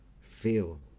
feel